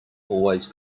always